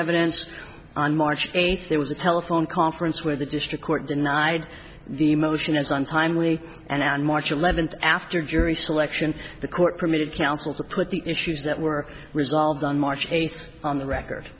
evidence on march eighth there was a telephone conference where the district court denied the motion as untimely and on march eleventh after jury selection the court permitted counsel to put the issues that were resolved on march eighth on the record